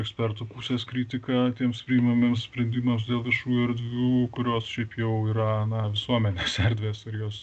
ekspertų pusės kritiką tiems priimamiems sprendimams dėl viešųjų erdvių kurios šiaip jau yra na visuomenės erdvės ir jos